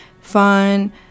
fun